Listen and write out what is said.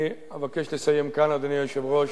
אני אבקש לסיים כאן, אדוני היושב-ראש.